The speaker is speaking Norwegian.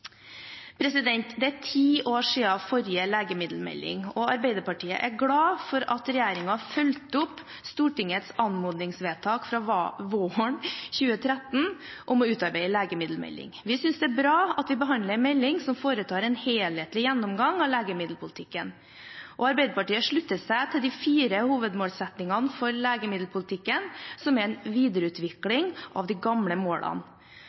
Det er ti år siden forrige legemiddelmelding, og Arbeiderpartiet er glad for at regjeringen fulgte opp Stortingets anmodningsvedtak fra våren 2013 om å utarbeide en legemiddelmelding. Vi synes det er bra at vi behandler en melding som foretar en helhetlig gjennomgang av legemiddelpolitikken. Arbeiderpartiet slutter seg til de fire hovedmålsettingene for legemiddelpolitikken som er en videreutvikling av de gamle målene.